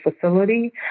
facility